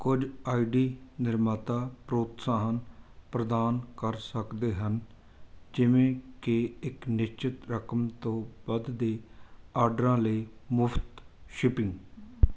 ਕੁਝ I D ਨਿਰਮਾਤਾ ਪ੍ਰੋਤਸਾਹਨ ਪ੍ਰਦਾਨ ਕਰ ਸਕਦੇ ਹਨ ਜਿਵੇਂ ਕਿ ਇੱਕ ਨਿਸ਼ਚਿਤ ਰਕਮ ਤੋਂ ਵੱਧ ਦੇ ਆਰਡਰਾਂ ਲਈ ਮੁਫ਼ਤ ਸ਼ਿਪਿੰਗ